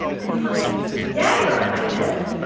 and he's like yeah you're a minus.